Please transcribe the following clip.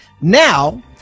now